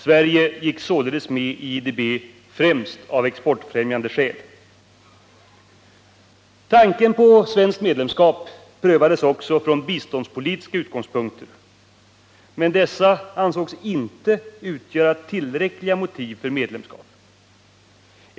Sverige gick således med i IDB främst av exportfrämjande skäl. Tanken på svenskt medlemskap prövades också från biståndspolitiska utgångspunkter, men dessa ansågs inte utgöra tillräckliga motiv för medlemskap.